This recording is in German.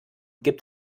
gibt